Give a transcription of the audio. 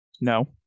No